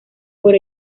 por